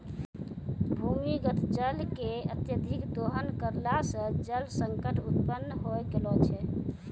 भूमीगत जल के अत्यधिक दोहन करला सें जल संकट उत्पन्न होय गेलो छै